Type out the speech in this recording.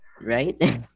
Right